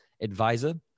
advisor